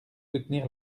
soutenir